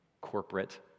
corporate